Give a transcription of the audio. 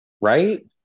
right